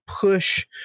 push